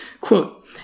Quote